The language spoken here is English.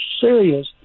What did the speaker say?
serious